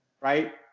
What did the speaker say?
right